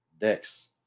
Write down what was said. decks